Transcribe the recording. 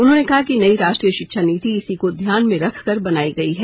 उन्होंने कहा कि नई राष्ट्रीय शिक्षा नीति इसी को ध्यान में रखकर बनाई गई है